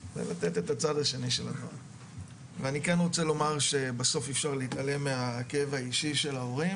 אני כן רוצה לומר שבסוף אי אפשר להתעלם מהכאב האישי של ההורים